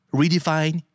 redefine